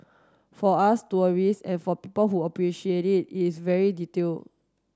for us tourists and for people who appreciate it is very detail